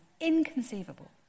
inconceivable